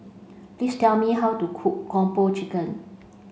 please tell me how to cook Kung Po Chicken